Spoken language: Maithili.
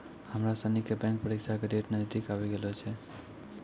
हमरा सनी के बैंक परीक्षा के डेट नजदीक आवी गेलो छै